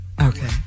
Okay